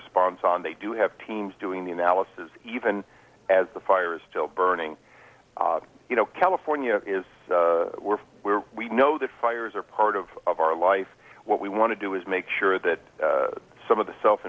response on they do have teams doing the analysis even as the fire is still burning you know california is where we know the fires are part of of our life what we want to do is make sure that some of the self